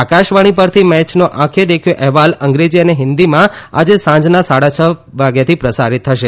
આકાશવાણી પરથી મેચનો આંખે દેખ્યો અહેવાલ અંગ્રેજી અને હિન્દીમાં આજે સાંજના સાડા છ થી પ્રસારિત થશે